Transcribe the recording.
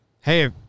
hey